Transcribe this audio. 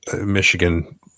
Michigan